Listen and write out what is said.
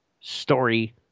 story